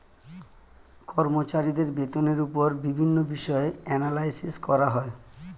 কর্মচারীদের বেতনের উপর বিভিন্ন বিষয়ে অ্যানালাইসিস করা হয়